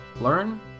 learn